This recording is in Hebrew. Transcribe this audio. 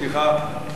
סליחה,